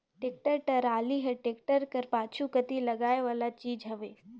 tractor trolley हर tractor कर पाछू कती लगाए वाला चीज हवे